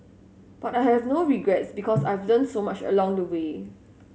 but I have no regrets because I've learnt so much along the way